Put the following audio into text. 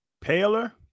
paler